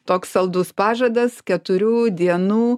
toks saldus pažadas keturių dienų